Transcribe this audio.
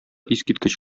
искиткеч